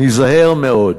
ניזהר מאוד,